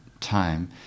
time